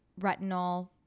retinol